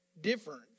different